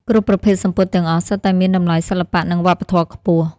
គ្រប់ប្រភេទសំពត់ទាំងអស់សុទ្ធតែមានតម្លៃសិល្បៈនិងវប្បធម៌ខ្ពស់។